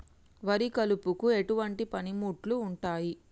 వరి కలుపుకు ఎటువంటి పనిముట్లు ఉంటాయి?